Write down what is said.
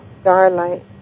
starlight